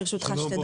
לרשותך שתי דקות.